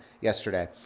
yesterday